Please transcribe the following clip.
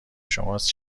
شماست